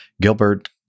Gilbert